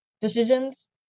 decisions